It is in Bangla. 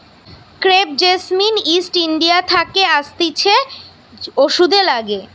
ক্রেপ জেসমিন ইস্ট ইন্ডিয়া থাকে আসতিছে ওষুধে লাগে